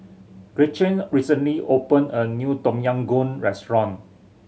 Gretchen recently opened a new Tom Yam Goong restaurant